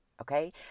Okay